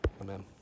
amen